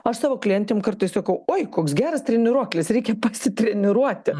aš savo klientėm kartais sakau oi koks geras treniruoklis reikia pasitreniruoti